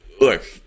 look